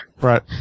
Right